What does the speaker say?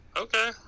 okay